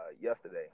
yesterday